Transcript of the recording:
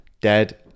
dead